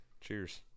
Cheers